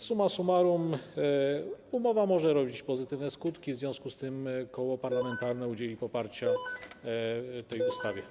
Suma summarum, umowa może rodzić pozytywne skutki, w związku z tym koło parlamentarne udzieli poparcia tej ustawie.